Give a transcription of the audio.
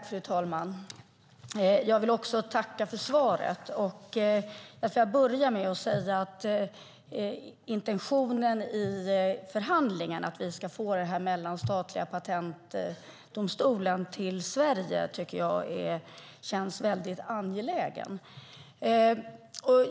Fru talman! Jag vill också tacka för svaret. Till att börja med kan jag säga att intentionen i förhandlingarna, att vi ska få denna mellanstatliga patentdomstol till Sverige, känns mycket angelägen.